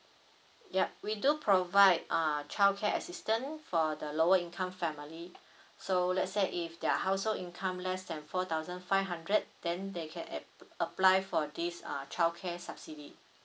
yup we do provide uh childcare assistance for the lower income family so let's say if their household income less than four thousand five hundred then they can app~ apply for this uh childcare subsidy